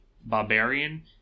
barbarian